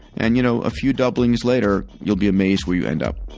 and you know a few doublings later, you'll be amazed where you end up